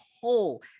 whole